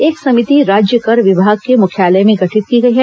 एक समिति राज्य कर विभाग के मुख्यालय में गठित की गई है